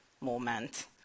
moment